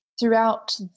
Throughout